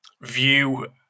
view